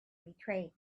betrayed